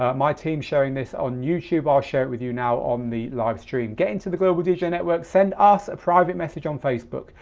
ah my team sharing this on youtube, i'll share it with you now on the live stream. get into the global dj dj network, send us a private message on facebook.